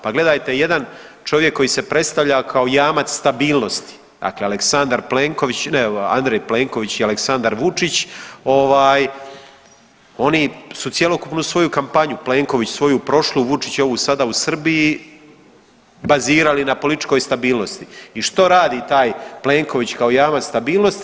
Pa gledajte, jedan čovjek koji se predstavlja kao jamac stabilnosti, dakle Aleksandar Plenković, ne ovaj, Andrej Plenković i Aleksandar Vučić, ovaj, oni su cjelokupnu svoju kampanju, Plenković svoju prošlu, Vučić ovu sada u Srbiji, bazirali na političkoj stabilnosti i što radi taj Plenković kao jamac stabilnosti?